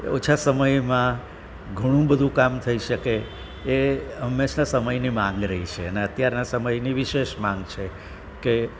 ઓછા સમયમાં ઘણું બધું કામ થઈ શકે એ હંમેશા સમયની માગ રહી છે અને અત્યારના સમયની વિશેષ માગ છે કે